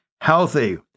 healthy